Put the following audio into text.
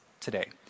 today